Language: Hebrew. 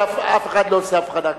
אף אחד לא עושה הבחנה כזאת.